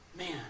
Man